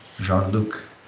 Jean-Luc